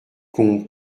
con